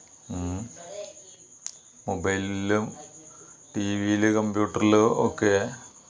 ഉം മൊബൈലിലും ടിവിയില് കമ്പ്യൂട്ടറിലൊക്കെ